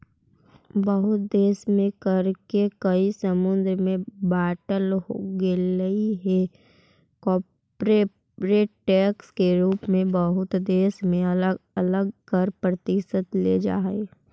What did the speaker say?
बहुते देश में कर के कई समूह में बांटल गेलइ हे कॉरपोरेट टैक्स के रूप में बहुत देश में अलग अलग कर प्रतिशत लेल जा हई